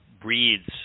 breeds